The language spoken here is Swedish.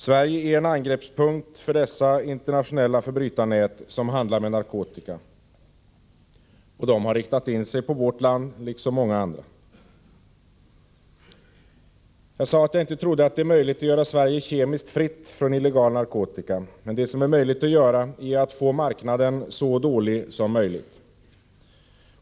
Sverige är en angreppspunkt för dessa internationella förbrytarnät som handlar med narkotika, och de har riktat in sig på vårt land liksom på många andra länder. Jag sade att jag inte trodde att det är möjligt att göra Sverige kemiskt fritt från illegal narkotika, men vad som är möjligt att göra är att få marknaden så dålig som möjligt.